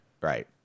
right